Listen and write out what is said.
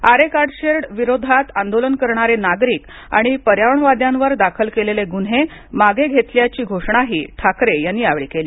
आरे car shed विरोधात आंदोलन करणारे नागरिक आणि पर्यावरणवाद्यांवर दाखल केलेले गुन्हे मागे घेतल्याची घोषणाही ठाकरे यांनी केली